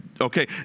Okay